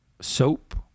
soap